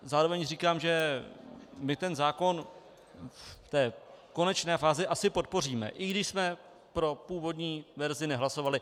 Zároveň říkám, že my ten zákon v té konečné fázi asi podpoříme, i když jsme pro původní verzi nehlasovali.